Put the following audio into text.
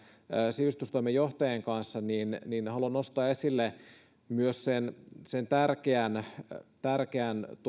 sivistystoimenjohtajien kanssa niin niin haluan nostaa esille myös sen sen tärkeän